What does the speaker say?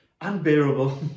unbearable